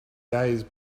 days